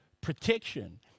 protection